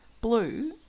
blue